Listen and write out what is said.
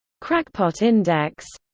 crackpot index